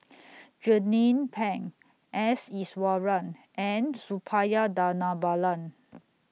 Jernnine Pang S Iswaran and Suppiah Dhanabalan